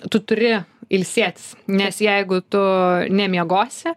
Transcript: tu turi ilsėtis nes jeigu tu nemiegosi